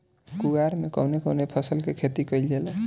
कुवार में कवने कवने फसल के खेती कयिल जाला?